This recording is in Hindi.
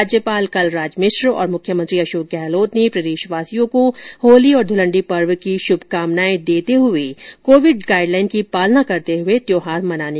राज्यपाल कलराज मिश्र और मुख्यमंत्री अशोक गहलोत ने प्रदेश वासियों को होली और धुलण्डी पर्व की शुभकामनायें देते हुए कोविड गाईडलाइन की पालना करते हुये त्यौहार मनाने की अपील की है